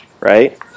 right